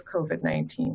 COVID-19